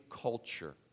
culture